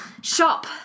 shop